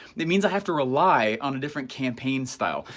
that means i have to rely on a different campaign style.